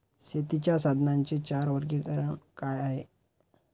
शेतीच्या साधनांचे चार वर्गीकरण काय आहे?